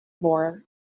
More